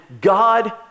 god